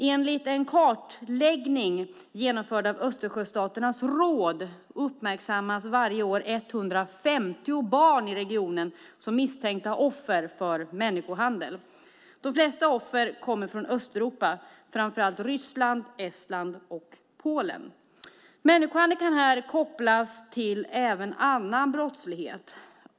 Enligt en kartläggning genomförd av Östersjöstaternas råd uppmärksammas varje år 150 barn i regionen som misstänkta offer för människohandel. De flesta offer kommer från Östeuropa, framför allt Ryssland, Estland och Polen. Människohandeln kan här kopplas även till annan brottslighet.